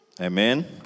Amen